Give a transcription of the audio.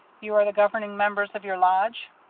you are the governing members of your lodge?